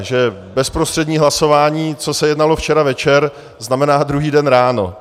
Že bezprostřední hlasování, co se jednalo včera večer, znamená druhý den ráno.